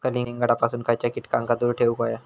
कलिंगडापासून खयच्या कीटकांका दूर ठेवूक व्हया?